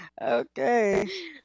Okay